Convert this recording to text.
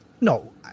No